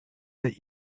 that